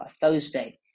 Thursday